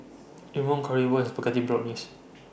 Imoni Currywurst Spaghetti Bolognese